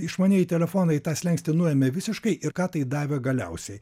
išmanieji telefonai tą slenkstį nuėmė visiškai ir ką tai davė galiausiai